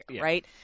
Right